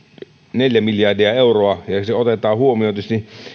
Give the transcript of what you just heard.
neljä miljardia euroa kun otetaan huomioon tietysti vielä